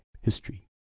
history